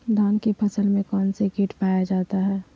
धान की फसल में कौन सी किट पाया जाता है?